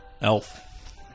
Elf